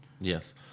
Yes